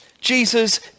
Jesus